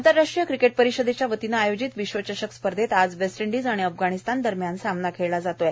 आंतरराष्ट्रीय क्रिकेट परिषदेच्या वतीनं आयोजित विष्व चशक स्पर्धेत आज वेस्ट इंडिज आणि अफगाणिस्तान दरम्यान सामना खेळला जात आहे